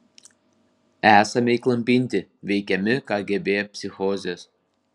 esame įklampinti veikiami kgb psichozės